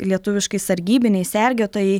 lietuviškai sargybiniai sergėtojai